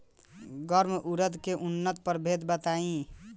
गर्मा उरद के उन्नत प्रभेद बताई?